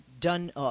done